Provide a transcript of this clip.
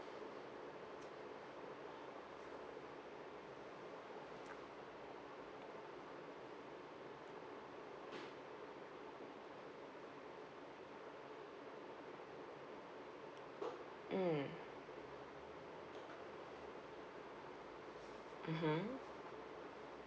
mm mmhmm